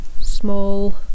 small